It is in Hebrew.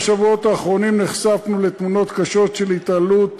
בשבועות האחרונים נחשפנו לתמונות קשות של התעללות